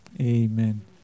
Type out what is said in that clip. Amen